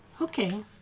Okay